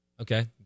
Okay